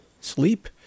sleep